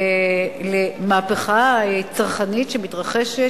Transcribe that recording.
למהפכה צרכנית שמתרחשת.